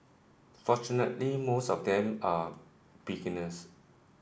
fortunately most of them are beginners